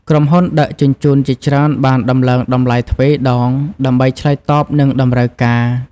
ក្រុមហ៊ុនដឹកជញ្ជូនជាច្រើនបានដំឡើងតម្លៃទ្វេដង ដើម្បីឆ្លើយតបនឹងតម្រូវការ។